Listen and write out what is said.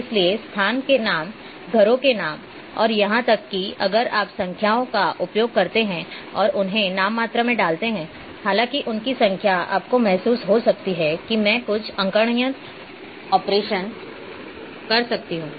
इसलिए स्थान के नाम घरों के नाम और यहां तक कि अगर आप संख्याओं का उपयोग करते हैं और उन्हें नाममात्र में डालते हैं हालांकि उनकी संख्या आपको महसूस हो सकती है कि मैं कुछ अंकगणितीय ऑपरेशन कर सकती हूं